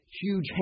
huge